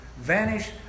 vanish